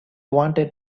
wanted